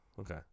Okay